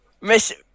Miss